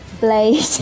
Blade